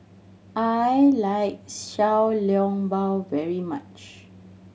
I like Xiao Long Bao very much